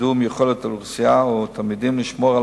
קידום יכולת האוכלוסייה או התלמידים לשמור על